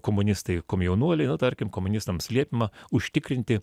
komunistai komjaunuoliai nu tarkim komunistams liepiama užtikrinti